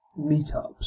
meetups